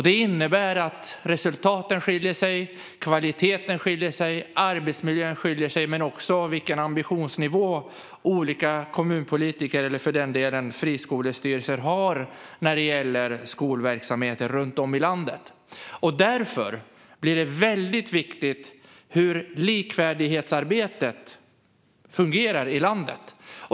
Den innebär att resultaten och kvaliteten skiljer sig åt men också vilken ambitionsnivå olika kommunpolitiker eller för den delen friskolestyrelser har när det gäller skolverksamheten runt om i landet. Därför blir det väldigt viktigt hur likvärdighetsarbetet fungerar i landet.